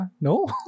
no